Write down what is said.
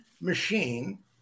machine